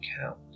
count